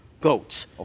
goats